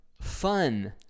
fun